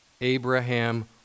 Abraham